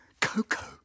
Coco